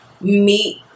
meet